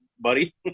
buddy